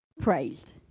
praised